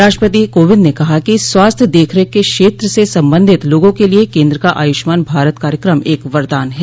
राष्ट्रपति कोविंद ने कहा कि स्वास्थ्य देखरेख के क्षेत्र से संबंधित लोगों के लिए केन्द्र का आयुष्मान भारत कार्यक्रम एक वरदान है